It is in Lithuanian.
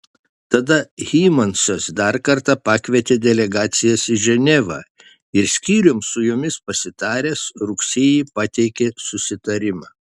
tada hymansas dar kartą pakvietė delegacijas į ženevą ir skyrium su jomis pasitaręs rugsėjį pateikė susitarimą